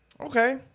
Okay